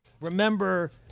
Remember